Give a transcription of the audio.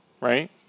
right